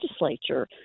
legislature